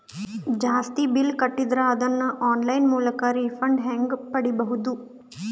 ಜಾಸ್ತಿ ಬಿಲ್ ಕಟ್ಟಿದರ ಅದನ್ನ ಆನ್ಲೈನ್ ಮೂಲಕ ರಿಫಂಡ ಹೆಂಗ್ ಪಡಿಬಹುದು?